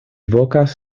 vokas